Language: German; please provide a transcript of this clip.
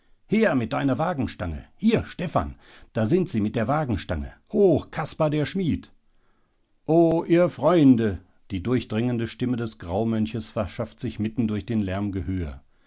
her mit deiner wagenstange hier stephan da sind sie mit der wagenstange hoch kaspar der schmied o ihr freunde die durchdringende stimme des graumönches verschafft sich mitten durch den lärm gehör